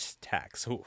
tax